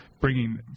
bringing